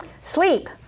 Sleep